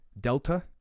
Delta